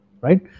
Right